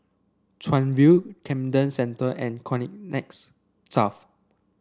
Chuan View Camden Centre and Connexis South